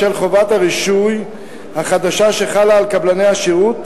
בשל חובת הרישוי החדשה שחלה על קבלני השירות,